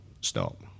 Stop